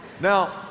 Now